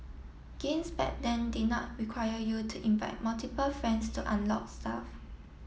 games back then did not require you to invite multiple friends to unlock stuff